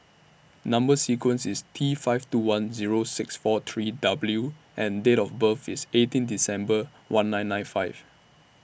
Number sequence IS T five two one Zero six four three W and Date of birth IS eighteen December one nine nine five